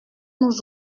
nous